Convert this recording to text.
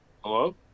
Hello